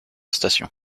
station